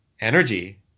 energy